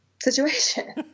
situation